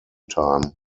time